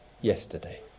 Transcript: yesterday